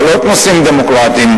להעלות נושאים דמוקרטיים,